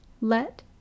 Let